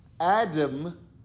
Adam